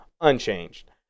unchanged